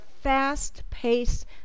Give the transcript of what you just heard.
fast-paced